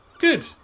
Good